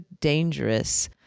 dangerous